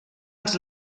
els